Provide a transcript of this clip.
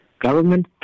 government